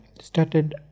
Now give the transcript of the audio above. started